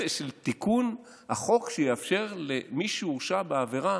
של תיקון החוק שיאפשר למי שהורשע בעבירה